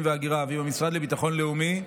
וההגירה ועם המשרד לביטחון לאומי,